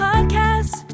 Podcast